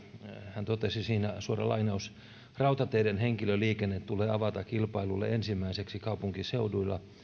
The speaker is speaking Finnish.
hän totesi siinä suora lainaus rautateiden henkilöliikenne tulee avata kilpailulle ensimmäiseksi kaupunkiseuduilla